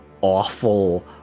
awful